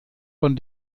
von